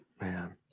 Man